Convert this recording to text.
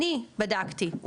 אני בדקתי,